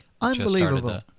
Unbelievable